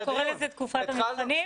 אוקי, אתה קורא לזה תקופת המבחנים?